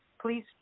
please